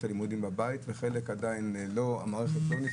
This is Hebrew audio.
הלימודים בבית ולחלק המערכת עדיין לא נפתחת,